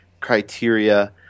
criteria